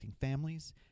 families